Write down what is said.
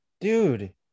Dude